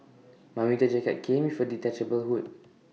my winter jacket came with A detachable hood